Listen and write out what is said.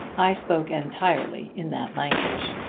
i spoke entirely in that language.